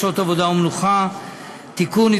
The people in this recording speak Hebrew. אני מתכבד להביא בפני הכנסת את הצעת חוק שעות עבודה ומנוחה (תיקון,